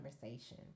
conversation